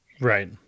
Right